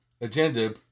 agenda